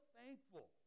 thankful